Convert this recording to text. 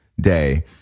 day